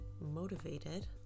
motivated